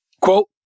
Quote